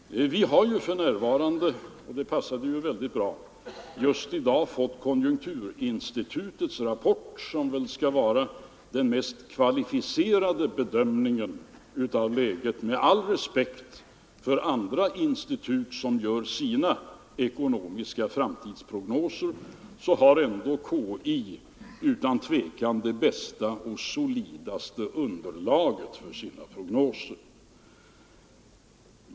Vi har nu fått — det passade bra just i dag — konjunkturinstitutets rapport som väl skall vara den mest kvalificerade bedömningen av läget. Med all respekt för andra institut som gör ekonomiska framtidsprognoser så har ändå konjunkturinstitutet utan tvivel det bästa och solidaste underlaget för sina prognoser.